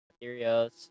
materials